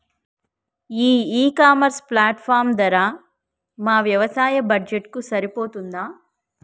ఈ e commerce platform ధర మా వ్యవసాయ బడ్జెట్ కు సరిపోతుందా?